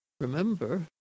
remember